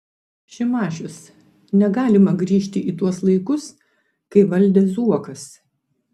šimašius negalima grįžti į tuos laikus kai valdė zuokas